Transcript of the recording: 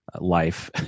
life